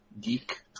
geek